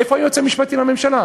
איפה היועץ המשפטי לממשלה?